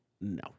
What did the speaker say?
No